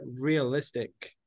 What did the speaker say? realistic